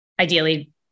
ideally